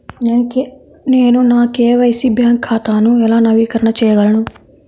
నేను నా KYC bank ఖాతాను ఎలా నవీకరణ చేయగలను?